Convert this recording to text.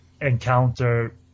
encounter